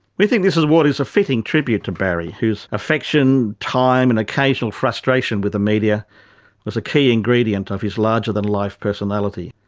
we think this award is a fitting tribute to barry whose affection, time, and occasional frustration with the media was a key ingredient of his larger-than-life personality.